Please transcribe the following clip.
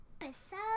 episode